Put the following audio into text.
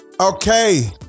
okay